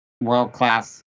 world-class